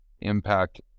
impact